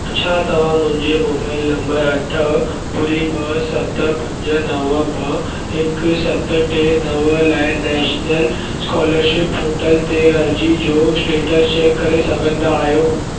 छा तव्हां मुंहिंजे मोबाइल नंबर अठ ॿुड़ी ॿ सत पंज नव ॿ हिकु सत टे नव लाइ नैशनल स्कॉलरशिप पोर्टल ते अर्ज़ी जो स्टेटस चेक करे सघंदा आहियो